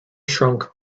shrunk